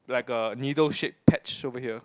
like a needle shaped patch over here